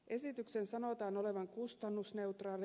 esityksen sanotaan oleva kustannusneutraali